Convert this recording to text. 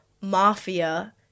mafia